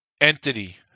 entity